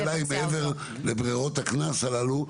אז שאלה לגבי ברירות הקנס האלו,